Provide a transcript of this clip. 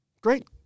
great